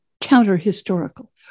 counter-historical